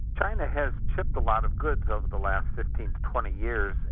china has shipped a lot of goods over the last fifteen to twenty years,